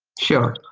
sure.